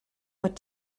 what